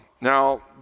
Now